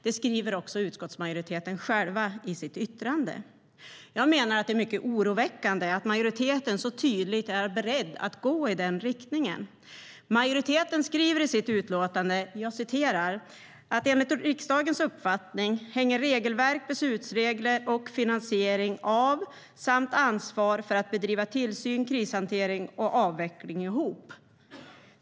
Det skriver också utskottsmajoriteten själv i sitt yttrande. Jag menar att det är mycket oroväckande att majoriteten så tydligt är beredd att gå i den riktningen. Majoriteten skriver i sitt utlåtande: "Enligt riksdagens uppfattning hänger regelverk, beslutsregler och finansiering av samt ansvar för att bedriva tillsyn, krishantering och avveckling ihop."